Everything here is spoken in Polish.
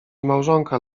małżonka